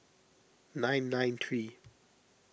nine nine three